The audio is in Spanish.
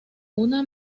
una